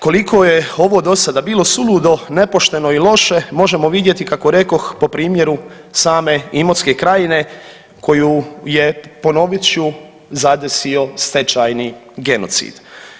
Koliko je ovo do sada bilo suludo, nepošteno i loše možemo vidjeti kako rekoh po primjeru same Imotske krajine koju je ponovit ću zadesio stečajni genocid.